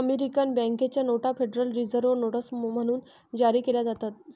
American बँकेच्या नोटा federal reserve notes म्हणून जारी केल्या जातात